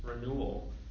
renewal